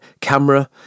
camera